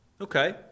Okay